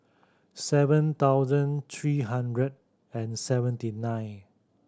seven thousand three hundred and seventy nine